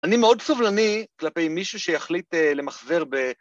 ‫אני מאוד סובלני כלפי מישהו ‫שיחליט למחזר ב...